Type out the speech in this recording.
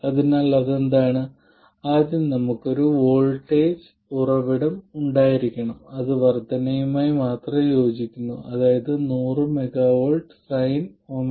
അതിനാൽ അതെന്താണ് ആദ്യം നമുക്ക് ഒരു വോൾട്ടേജ് ഉറവിടം ഉണ്ടായിരിക്കണം അത് വർദ്ധനയുമായി മാത്രം യോജിക്കുന്നു അതായത് 100 mV sinωt